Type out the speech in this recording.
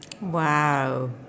wow